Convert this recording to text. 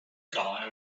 guy